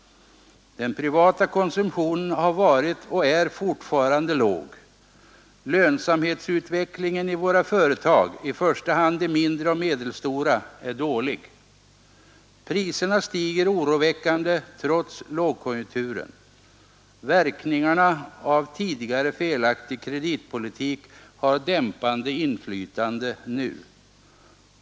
Den privata konsumtionen har varit och är fortfarande låg. Lönsamhetsutvecklingen i våra företag — i första hand de mindre och medelstora — är dålig. Priserna stiger oroväckande trots lågkonjunkturen. Verkningarna av tidigare felaktig kreditpolitik har ett dämpande inflytande nu.